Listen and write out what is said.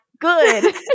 Good